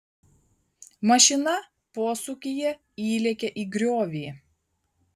mašina posūkyje įlėkė į griovį